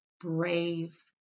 brave